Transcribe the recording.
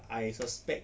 I suspect